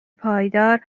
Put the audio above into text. پایدار